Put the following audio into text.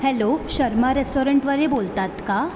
hello Sharma रेसोरंटवाले बोलतात का